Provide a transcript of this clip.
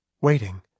waiting